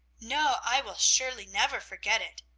no, i will surely never forget it,